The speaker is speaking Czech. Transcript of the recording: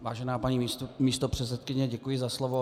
Vážená paní místopředsedkyně, děkuji za slovo.